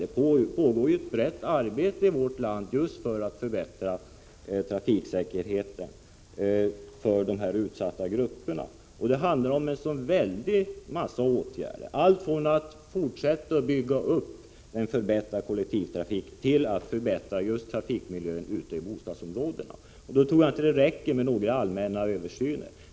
Det pågår ju ett brett arbete i vårt land just för att förbättra trafiksäkerheten för de utsatta grupperna. Det handlar om en väldig massa åtgärder — alltifrån att fortsätta att bygga upp en förbättrad kollektivtrafik till att förbättra trafikmiljön ute i bostadsområdena. Då tror jag inte att det räcker med några allmänna översyner.